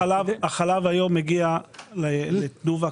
החלב היום מגיע מתנובה.